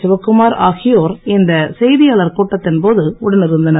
சிவகுமார் ஆகியோர் இந்த செய்தியாளர் கூட்டத்தின் போது உடன் இருந்தனர்